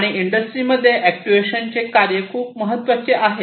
आणि इंडस्ट्रीमध्ये अॅक्ट्युएशनचे कार्य खूप महत्वाचे आहे